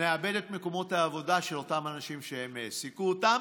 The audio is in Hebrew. נאבד את מקומות העבודה של אותם אנשים שהם העסיקו אותם,